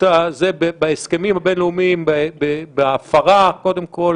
של זה בהסכמים הבין-לאומיים בהפרה קודם כול,